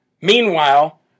Meanwhile